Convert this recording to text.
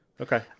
Okay